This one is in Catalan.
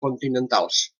continentals